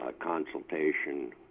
consultation